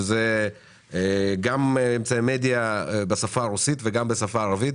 שזה גם אמצעי מדיה בשפה הרוסית וגם בשפה הערבית,